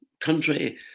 country